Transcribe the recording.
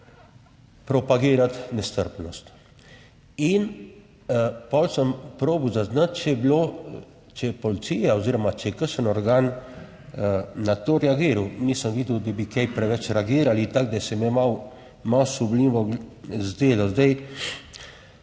propagirati nestrpnost. In pol sem probal zaznati, če je bilo, če je policija oziroma če je kakšen organ na to reagiral. Nisem videl, da bi kaj preveč reagirali, tako da se mi je malo malo sumljivo zdelo.